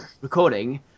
recording